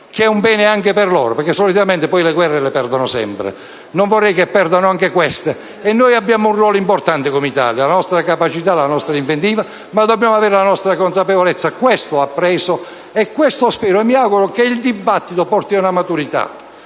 che è un bene anche per loro, perché solitamente poi le guerre le perdono. Non vorrei che perdano anche queste, e noi abbiamo un ruolo importante come Italia. Abbiamo la nostra capacità, la nostra inventiva, ma dobbiamo avere anche la nostra consapevolezza. Questo ho appreso e questo spero. [**Presidenza del vice presidente